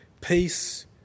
peace